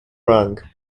rang